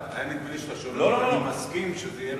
היה נדמה לי שאתה שואל אם אני מסכים שזה יהיה במליאה.